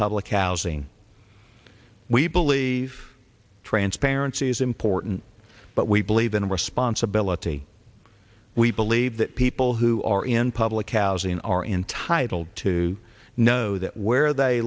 public housing we believe transparency is important but we believe in responsibility we believe that people who are in public housing are entitled to know that where they